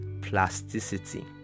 plasticity